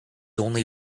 only